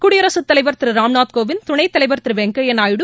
குடியரகத்தலைவர் திரு ராம்நாத் கோவிந்த் துணை தலைவர் திரு வெங்கையா நாயுடு